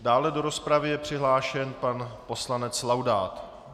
Dále do rozpravy je přihlášen pan poslanec Laudát.